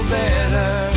better